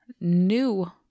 new